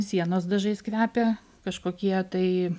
sienos dažais kvepia kažkokie tai